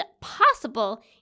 possible